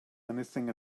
anything